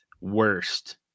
worst